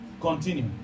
Continue